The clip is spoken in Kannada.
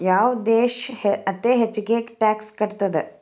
ಯಾವ್ ದೇಶ್ ಅತೇ ಹೆಚ್ಗೇ ಟ್ಯಾಕ್ಸ್ ಕಟ್ತದ?